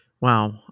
Wow